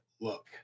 look